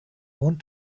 want